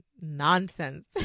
nonsense